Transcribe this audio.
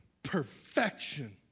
perfection